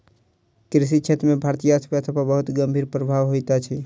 कृषि क्षेत्र के भारतीय अर्थव्यवस्था पर बहुत गंभीर प्रभाव होइत अछि